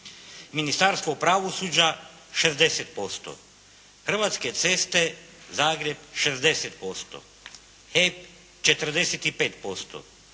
Ministarstvo pravosuđa 60%, Hrvatske ceste Zagreb 60%, HEP 45%,